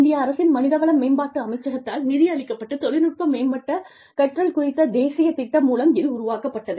இந்திய அரசின் மனிதவள மேம்பாட்டு அமைச்சகத்தால் நிதி அளிக்கப்பட்டு தொழில்நுட்ப மேம்பட்ட கற்றல் குறித்த தேசிய திட்டம் மூலம் இது உருவாக்கப்பட்டது